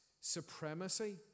supremacy